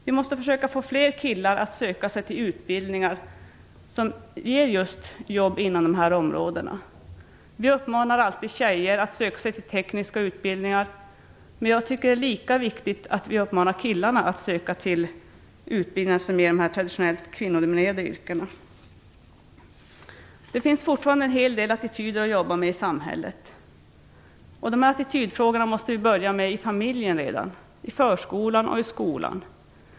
Vi måste försöka få fler killar att söka sig till utbildningar som ger jobb just inom de här områdena. Vi uppmanar alltid tjejer att söka sig till tekniska utbildningar, men jag tycker att det är lika viktigt att uppmana killarna att söka sig till utbildningar i traditionellt kvinnodominerade yrken. Det finns fortfarande en hel del attityder att jobba med i samhället. Dessa attitydfrågor måste man börja med redan i familjen, i förskolan och i skolan.